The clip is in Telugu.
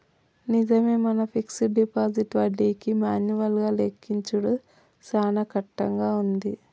నిజమే మన ఫిక్స్డ్ డిపాజిట్ వడ్డీకి మాన్యువల్ గా లెక్కించుడు సాన కట్టంగా ఉంది